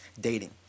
dating